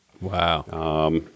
Wow